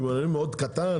קמעונאי מאוד קטן,